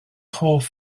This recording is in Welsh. hoff